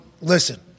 listen